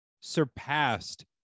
surpassed